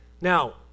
Now